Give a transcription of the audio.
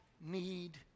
need